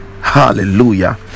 Hallelujah